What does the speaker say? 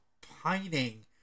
pining